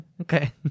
Okay